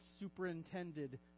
superintended